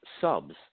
subs